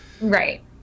Right